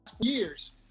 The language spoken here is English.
years